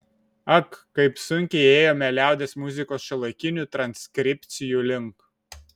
ak kaip sunkiai ėjome liaudies muzikos šiuolaikinių transkripcijų link